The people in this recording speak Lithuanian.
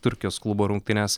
turkijos klubo rungtynes